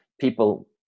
people